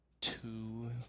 two